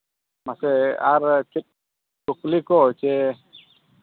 ᱢᱟᱥᱮ ᱟᱨ ᱪᱮᱫ ᱠᱩᱠᱞᱤ ᱠᱚ ᱪᱮ